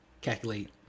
calculate